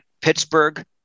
Pittsburgh